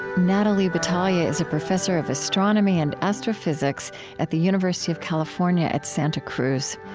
natalie batalha is a professor of astronomy and astrophysics at the university of california at santa cruz.